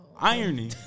Irony